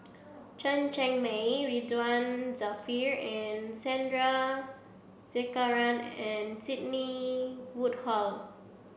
Chen Cheng Mei Ridzwan Dzafir and Sandrasegaran and Sidney Woodhull